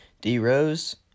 D-Rose